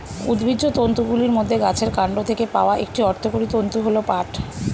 উদ্ভিজ্জ তন্তুগুলির মধ্যে গাছের কান্ড থেকে পাওয়া একটি অর্থকরী তন্তু হল পাট